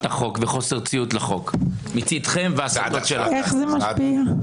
החוק וחוסר ציות לחוק מצדכם --- איך זה משפיע?